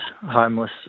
homeless